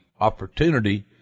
opportunity